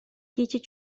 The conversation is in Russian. кити